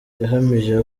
yahamije